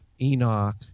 Enoch